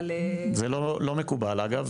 זה לא מקובל, אגב.